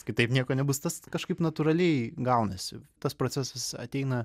kitaip nieko nebus tas kažkaip natūraliai gaunasi tas procesas ateina